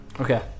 Okay